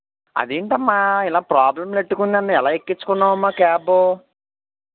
అదేంటమ్మా ఇలా ప్రాబ్లెమ్ పెట్టుకుని నన్ను ఎలా ఎక్కించుకున్నావమ్మా క్యాబు